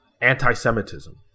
Anti-Semitism